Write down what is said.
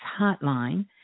hotline